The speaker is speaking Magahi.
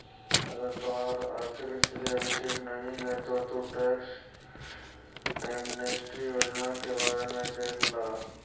अगर तोहार आर्थिक स्थिति अभी ठीक नहीं है तो तु टैक्स एमनेस्टी योजना के बारे में देख ला